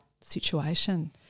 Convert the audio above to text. situation